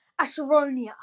asheronia